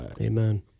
Amen